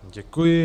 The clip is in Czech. Děkuji.